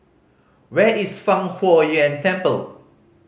where is Fang Huo Yuan Temple